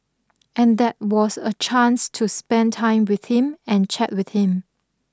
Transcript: and that was a chance to spend time with him and chat with him